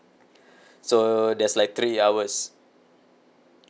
so there's like three hours